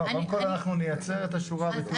קודם כל נייצר את השורה בתיאום איתם.